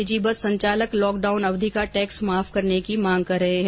निजी बस संचालक लॉकडाउन अवधि का टैक्स माफ करने की मांग कर रहे हैं